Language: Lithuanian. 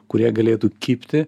kurie galėtų kibti